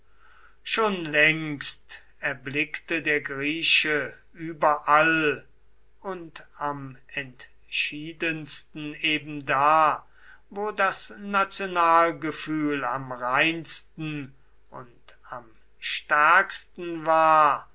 schon längst erblickte der grieche überall und am entschiedensten eben da wo das nationalgefühl am reinsten und am stärksten war